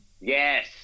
Yes